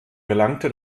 gelangte